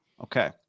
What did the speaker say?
Okay